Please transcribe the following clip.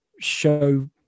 show